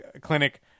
clinic